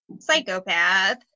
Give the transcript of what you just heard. psychopath